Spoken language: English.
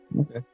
Okay